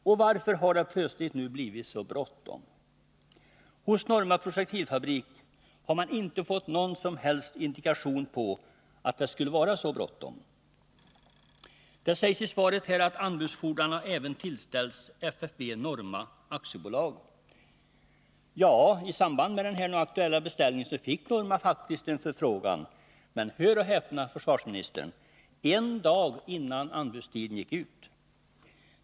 Och varför har det plötsligt nu blivit så bråttom? Hos Norma Projektilfabrik har man inte fått någon som helst indikation på att det skulle vara så bråttom. Det sägs i svaret att anbudsinfordran även tillställts FFV Norma AB. Ja, i samband med den nu aktuella beställningen fick Norma faktiskt en förfrågan — hör och häpna, försvarsministern! — en dag innan anbudstiden gick ut.